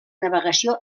navegació